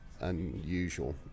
unusual